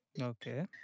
Okay